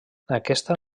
aquesta